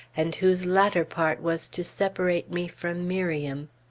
and whose latter part was to separate me from miriam,